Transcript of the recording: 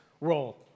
role